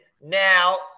now